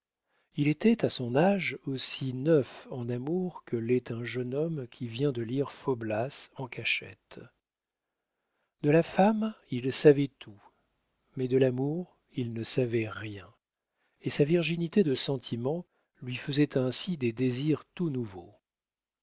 il était à son âge aussi neuf en amour que l'est un jeune homme qui vient de lire faublas en cachette de la femme il savait tout mais de l'amour il ne savait rien et sa virginité de sentiment lui faisait ainsi des désirs tout nouveaux